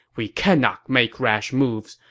we cannot make rash moves.